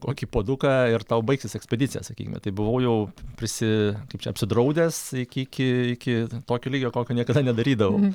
kokį puoduką ir tau baigsis ekspedicija sakykime tai buvau jau prisi kaip čia apsidraudęs iki iki iki tokio lygio kokio niekada nedarydavau